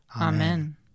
Amen